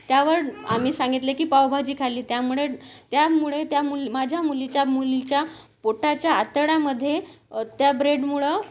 त्यावर आम्ही सांगितले की पावभाजी खाल्ली त्यामुळे त्यामुळे त्या मूल् माझ्या मुलीच्या मुलीच्या पोटाच्या आतड्यामध्ये त्या ब्रेडमुळं